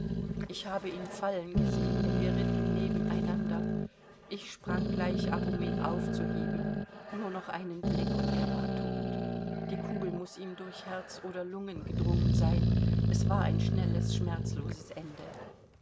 ich habe ihn fallen gesehen denn wir ritten nebeneinander ich sprang gleich ab um ihn aufzuheben nur noch einen blick und er war tod die kugel muß ihm durch herz oder lunge gedrungen sein es war ein schnelles schmerzloses ende